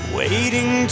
waiting